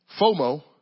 FOMO